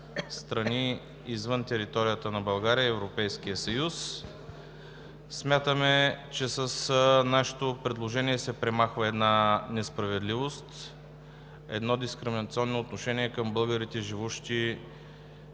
страни извън територията на България и Европейския съюз. Смятаме, че с нашето предложение се премахва една несправедливост, едно дискриминационно отношение към българите, живеещи